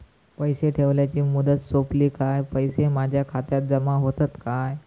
पैसे ठेवल्याची मुदत सोपली काय पैसे माझ्या खात्यात जमा होतात काय?